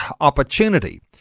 opportunity